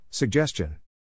Suggestion